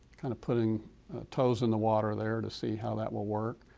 kind of putting toes in the water there to see how that will work.